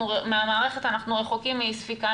אנחנו רחוקים מאי ספיקה,